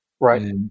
Right